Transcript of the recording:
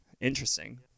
Interesting